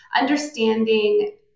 understanding